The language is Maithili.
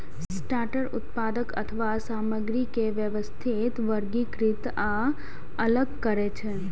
सॉर्टर उत्पाद अथवा सामग्री के व्यवस्थित, वर्गीकृत आ अलग करै छै